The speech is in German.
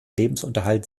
lebensunterhalt